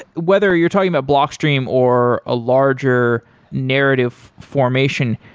whether you're talking about block stream or a larger narrative formation,